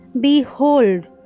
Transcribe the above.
Behold